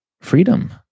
freedom